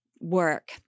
work